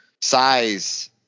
size